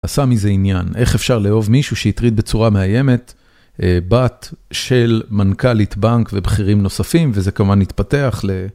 עשה מזה עניין, איך אפשר לאהוב מישהו שהטריד בצורה מאיימת בת של מנכלית בנק ובכירים נוספים וזה כמובן התפתח.